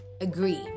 Agree